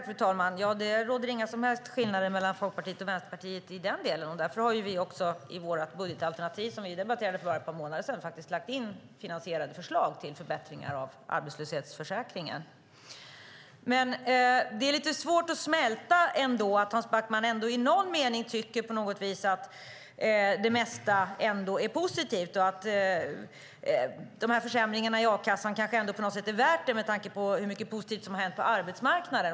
Fru talman! Det råder inga som helst skillnader mellan Vänsterpartiet och Folkpartiet i den delen. Därför har vi också i vårt budgetalternativ som vi debatterade för bara ett par månader sedan faktiskt lagt in finansierade förslag till förbättringar av arbetslöshetsförsäkringen. Det är lite svårt att smälta att Hans Backman ändå i någon mening tycker att det mesta är positivt och att de här försämringarna i a-kassan på något sätt har varit värda att genomföra med tanke på hur mycket positivt som har hänt på arbetsmarknaden.